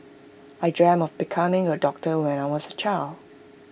I dreamt of becoming A doctor when I was A child